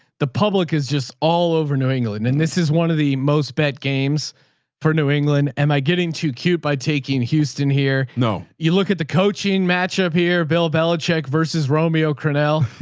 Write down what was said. the public is just all over new england. and this is one of the most bet games for new england. am i getting too cute by taking houston here? no, you look at the coaching matchup here. bill belicheck versus romeo coronel,